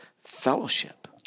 fellowship